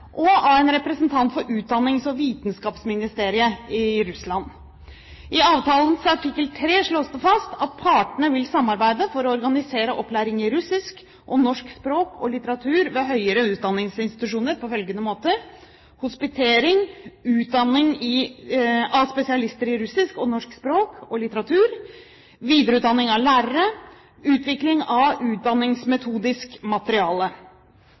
og av en representant for Utdannings- og vitenskapsministeriet i Russland. I avtalens artikkel 3 slås det fast: «Partene vil samarbeide for å organisere opplæring i russisk og norsk språk og litteratur ved høyere utdanningsinstitusjoner på følgende måter: – hospitering, utdanning av spesialister i russisk og norsk språk og litteratur – videreutdanning av lærere – utvikling av utdanningsmetodisk materiale.»